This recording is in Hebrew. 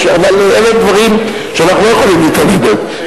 אבל אלה הם דברים שאנחנו לא יכולים להתעלם מהם.